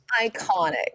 Iconic